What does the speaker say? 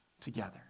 together